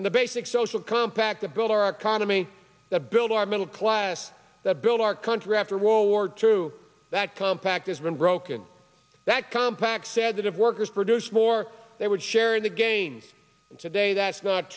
in the basic social impact the build our economy the build our middle class that built our country after world war two that compact has been broken that compaq said that if workers produced more they would share in the gains today that's not